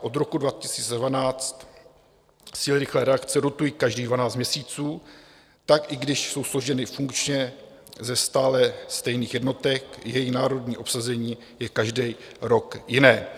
Od roku 2012 síly rychlé reakce rotují každých dvanáct měsíců, tak i když jsou složeny funkčně ze stále stejných jednotek, jejich národní obsazení je každý rok jiné.